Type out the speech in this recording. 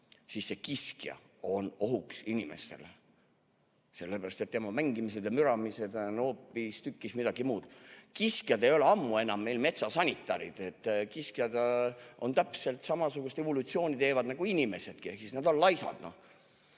siis see kiskja on ohuks inimesele. Sellepärast et tema mängimised ja müramised on hoopistükkis midagi muud. Kiskjad ei ole ammu enam metsa sanitarid. Kiskjad teevad täpselt samasugust evolutsiooni läbi nagu inimesedki ehk nad on laisad.